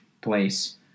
place